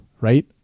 right